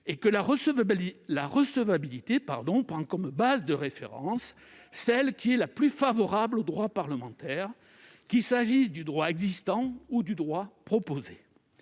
et que la recevabilité prend comme base de référence celle qui est la plus favorable au droit parlementaire, qu'il s'agisse du droit existant ou du droit proposé.